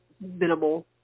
minimal